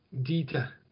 dita